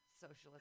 socialist